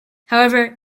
however